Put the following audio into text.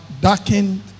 darkened